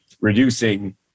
reducing